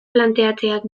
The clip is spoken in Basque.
planteatzeak